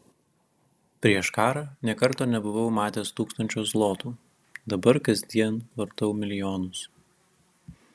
prieš karą nė karto nebuvau matęs tūkstančio zlotų dabar kasdien vartau milijonus